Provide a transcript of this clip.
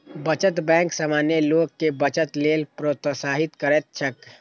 बचत बैंक सामान्य लोग कें बचत लेल प्रोत्साहित करैत छैक